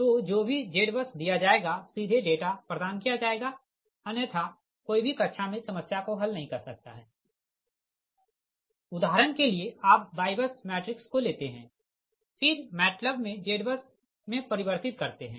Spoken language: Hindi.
तो जो भी ZBUS दिया जाएगा सीधे डेटा प्रदान किया जाएगा अन्यथा कोई भी कक्षा मे समस्या को हल नहीं कर सकता हैउदाहरण के लिए आप YBUS मैट्रिक्स को लेते है फिर मैट लैब मे ZBUS मे परिवर्तित करते है